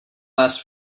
last